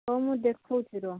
ହଉ ମୁଁ ଦେଖାଉଛି ରୁହ